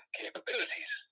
capabilities